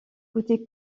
côté